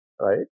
right